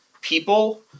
people